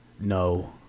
No